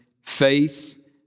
faith